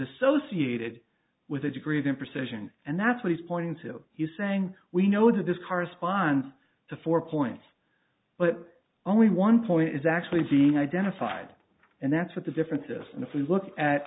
associated with a degree of imprecision and that's what he's pointing to here saying we know that this corresponds to four points but only one point is actually being identified and that's what the differences and if we look at